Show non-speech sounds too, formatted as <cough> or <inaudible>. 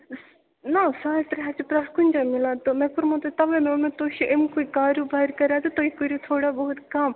نا ساڑ ترٛےٚ ہَتھ چھِ پرٮ۪تھ کُنہِ جایہِ مِلان تہٕ مےٚ کوٚرمَو تۄہہِ تَوٕے <unintelligible> تُہۍ چھُو أمۍ کُے کارٕبار تہٕ تُہۍ کٔریُو تھوڑا بہت کَم